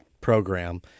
program